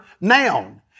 noun